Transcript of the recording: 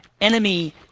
enemy